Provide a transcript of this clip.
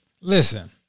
Listen